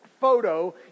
photo